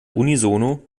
unisono